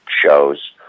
shows